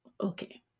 Okay